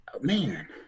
Man